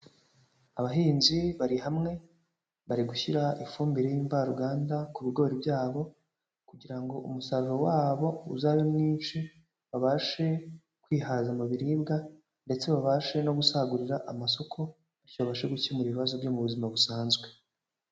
Abahinzi bari hamwe bari gushyira ifumbire y'imvaruganda ku bigori byabo kugira ngo umusaruro wabo uzabe mwinshi, babashe kwihaza mu biribwa ndetse babashe no gusagurira amasoko, bityo babashe gukemura ibibazo byo mu buzima busanzwe.